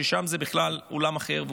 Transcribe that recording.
ששם זה בכלל עולם אחר.